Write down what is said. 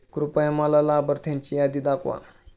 कृपया मला लाभार्थ्यांची यादी दाखवा